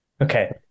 Okay